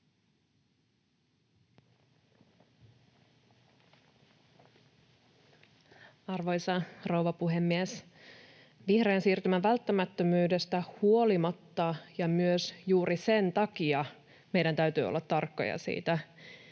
Arvoisa rouva puhemies! Vihreän siirtymän välttämättömyydestä huolimatta, ja myös juuri sen takia, meidän täytyy olla tarkkoja siitä,